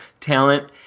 talent